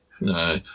No